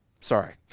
Sorry